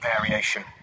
variation